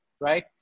right